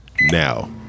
now